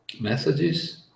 messages